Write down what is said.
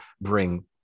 bring